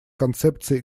концепции